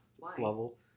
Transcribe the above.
level